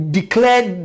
declared